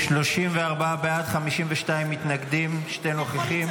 34 בעד, 52 מתנגדים, שני נוכחים.